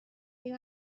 دیگه